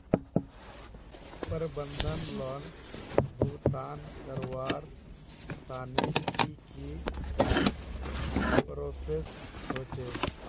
प्रबंधन लोन भुगतान करवार तने की की प्रोसेस होचे?